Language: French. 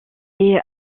est